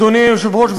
אדוני היושב-ראש,